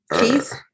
Keith